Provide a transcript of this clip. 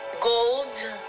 gold